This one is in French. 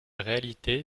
réalité